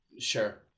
Sure